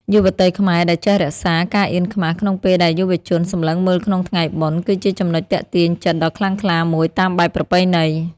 យុវតីខ្មែរដែលចេះរក្សា "ការអៀនខ្មាស" ក្នុងពេលដែលមានយុវជនសម្លឹងមើលក្នុងថ្ងៃបុណ្យ គឺជាចំណុចទាក់ទាញចិត្តដ៏ខ្លាំងក្លាមួយតាមបែបប្រពៃណី។